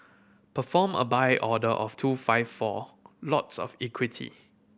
perform a Buy order of two five four lots of equity